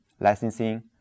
licensing